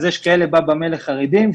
אז יש כאלה בא במייל לחרדים,